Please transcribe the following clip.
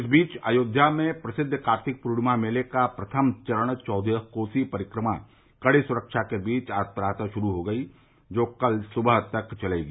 इस बीच अयोध्या में प्रसिद्ध कार्तिक पूर्णिमा मेले का प्रथम चरण चौदह कोसी परिक्रमा कड़े सुरक्षा के बीच आज प्रातः शुरू हो गया जो कल सुबह तक चलेगा